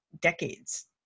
decades